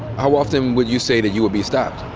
how often would you say that you would be stopped?